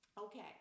Okay